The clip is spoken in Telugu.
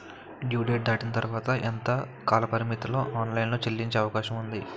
డ్యూ డేట్ దాటిన తర్వాత ఎంత కాలపరిమితిలో ఆన్ లైన్ లో చెల్లించే అవకాశం వుంది?